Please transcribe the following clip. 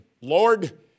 Lord